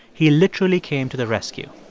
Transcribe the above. he literally came to the rescue.